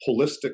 holistic